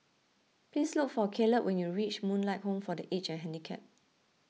please look for Caleb when you reach Moonlight Home for the Aged and Handicapped